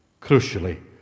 crucially